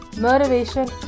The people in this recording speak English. motivation